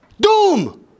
Doom